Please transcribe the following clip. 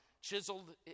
chiseled